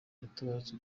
yaratabarutse